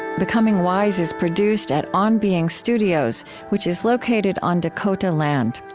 becoming wise is produced at on being studios, which is located on dakota land.